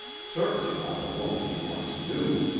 certainly not the woman he once knew,